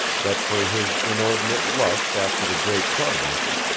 that for his inordinate lust after the great carbuncle,